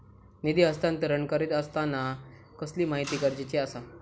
निधी हस्तांतरण करीत आसताना कसली माहिती गरजेची आसा?